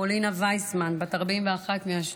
פולינה וייסמן, בת 41 מאשדוד,